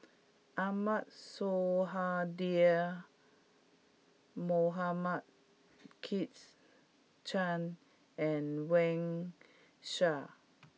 Ahmad Sonhadji Mohamad Kit Chan and Wang Sha